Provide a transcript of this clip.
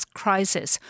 crisis